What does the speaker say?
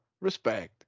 respect